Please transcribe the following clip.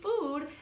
food